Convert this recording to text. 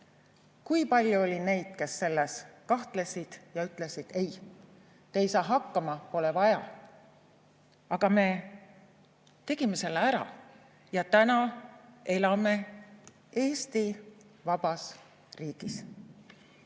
Kui palju oli neid, kes selles kahtlesid ja ütlesid, et ei, te ei saa hakkama, pole vaja. Aga me tegime selle ära ja täna elame vabas Eesti riigis.